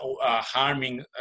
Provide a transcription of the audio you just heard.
harming